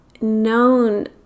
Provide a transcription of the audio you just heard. known